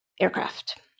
aircraft